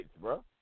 bro